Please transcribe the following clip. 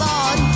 on